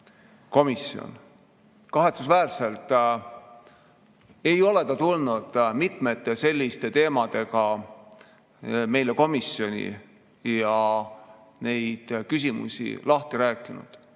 komisjon. Kahetsusväärselt ei ole ta tulnud mitmete selliste teemadega meile komisjoni ja neid küsimusi lahti rääkinud.